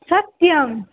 सत्यम्